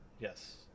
yes